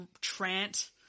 Trant